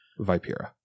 Vipira